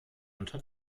unter